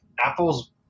apple's